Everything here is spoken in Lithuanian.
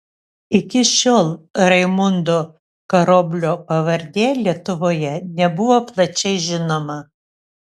iki šiol raimundo karoblio pavardė lietuvoje nebuvo plačiai žinoma